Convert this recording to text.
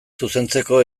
zuzentzeko